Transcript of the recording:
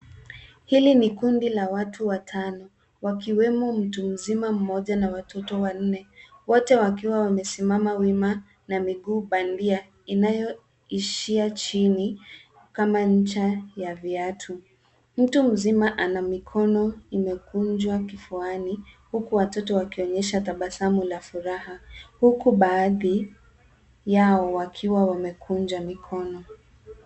Hili ni kundi la watu watano wakiwemo mtu mzima mmoja na watoto wanne wote wakiwa wamesimama wima na miguu bandia inayoishia chini kama ncha ya viatu. Mtu mzima ana mikono imekunjwa kifuani huku watoto wakionyesha tabasamu la furaha huku baadhi yao wakiwa wamekunja mikono.